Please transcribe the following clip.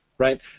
right